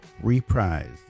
reprise